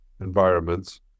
environments